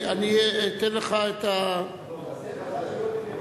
אתן לך, אתייחס.